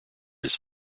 his